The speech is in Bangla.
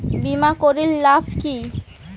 বিমা করির লাভ কি?